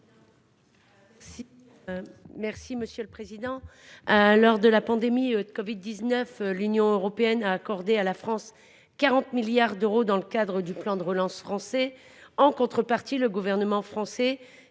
Merci monsieur le président,